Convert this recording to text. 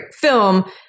film